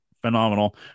phenomenal